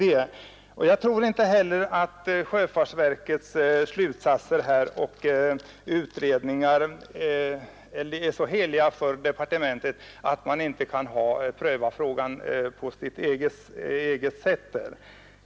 Sedan tror jag inte heller sjöfartsverkets utredningar och slutsatser är så heliga för departementet, att man inte där kan pröva frågan på sitt eget sätt.